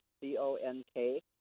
C-O-N-K